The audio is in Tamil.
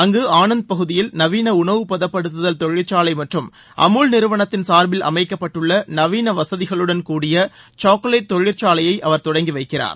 அங்கு ஆனந்த் பகுதியில் நவீன உணவு பதப்படுத்துதல் தொழிற்சாலை மற்றும் அமுல் நிறுவனத்தின் சார்பில் அமைக்கப்பட்டுள்ள நவீன வசதிகளுடன் கூடிய சாக்வேட் தொழிற்சாலையை அவர் தொடங்கி வைக்கிறார்